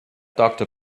doctor